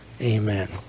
Amen